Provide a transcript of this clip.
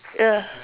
ya